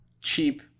Cheap